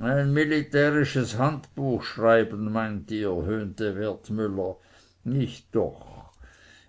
ein militärisches handbuch schreiben meint ihr höhnte wertmüller nicht doch